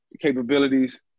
capabilities